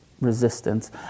resistance